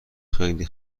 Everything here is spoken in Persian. خیلی